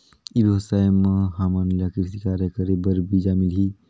ई व्यवसाय म हामन ला कृषि कार्य करे बर बीजा मिलही?